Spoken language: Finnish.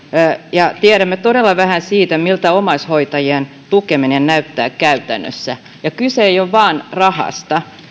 ja tiedämme todella vähän siitä miltä omaishoitajien tukeminen näyttää käytännössä ja kyse ei ole vain rahasta